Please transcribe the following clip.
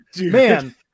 man